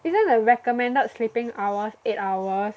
isn't the recommended sleeping hours eight hours